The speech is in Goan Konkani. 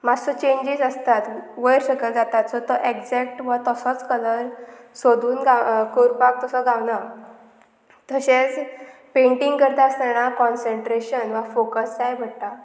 मातसो चेंजीस आसतात वयर सकयल जातात सो तो एग्जॅक्ट वा तसोच कलर सोदून करपाक तसो गावना तशेंच पेंटींग करता आसतना कॉन्सन्ट्रेशन वा फोकस जाय पडटा